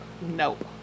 Nope